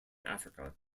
africa